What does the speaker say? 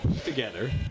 together